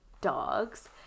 dogs